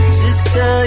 sister